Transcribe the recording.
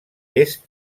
est